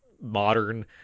modern